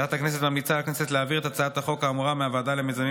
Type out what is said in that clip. ועדת הכנסת ממליצה לכנסת להעביר את הצעת החוק האמורה מהוועדה למיזמים